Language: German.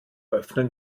öffnen